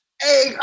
Hey